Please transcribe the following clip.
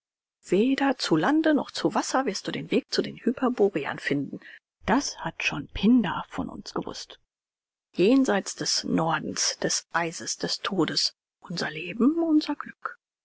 weder zu lande noch zu wasser wirst du den weg zu den hyperboreern finden das hat schon pindar von uns gewußt jenseits des nordens des eises des todes unser leben unser glück